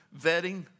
vetting